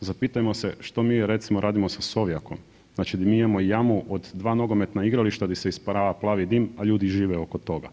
zapitajmo se što mi recimo radimo sa Sovjakom, znači gdje mi imamo jamu od 2 nogometna igrališta gdje se isparava plavi dim, a ljudi žive oko toga.